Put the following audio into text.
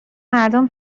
مردم